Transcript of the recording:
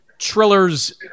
Triller's